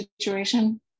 situation